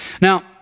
Now